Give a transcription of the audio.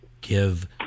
give